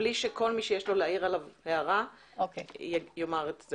בלי שכל מי שיש לו להעיר לגביו הערה יאמר אותה,